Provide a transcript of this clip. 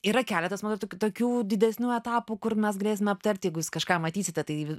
yra keletas momentų kitokių didesnių etapų kur mes galėsime aptarti jeigu jūs kažką matysite tai